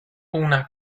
una